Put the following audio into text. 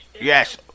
Yes